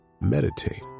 meditate